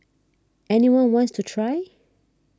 any one wants to try